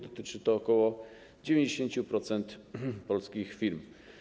Dotyczy to ok. 90% polskich firm.